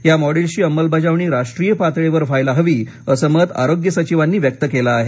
या मॉडेल्सची अंमलबजावणी राष्ट्रीय पातळीवर व्हायला हवी असं मत आरोग्य सचिवांनी व्यक्त केलं आहे